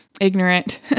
ignorant